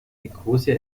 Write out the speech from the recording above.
nikosia